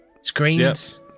screens